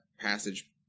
passage